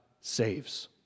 saves